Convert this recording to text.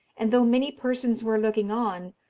and though many persons were looking on,